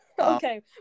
okay